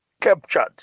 captured